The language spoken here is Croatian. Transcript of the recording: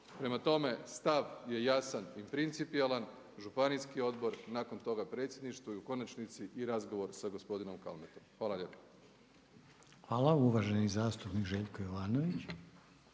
Prema tome, stav je jasan i principijelan. Županijski odbor, nakon toga predsjedništvo i u konačnici i razgovor sa gospodinom Kalmetom. Hvala lijepa. **Reiner, Željko (HDZ)** Hvala. Uvaženi zastupnik Željko Jovanović.